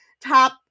Top